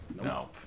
No